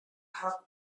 her